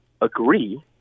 agree